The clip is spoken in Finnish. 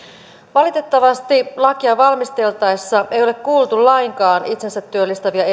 valitettavasti lakia valmisteltaessa ei ole kuultu lainkaan itsensä työllistäviä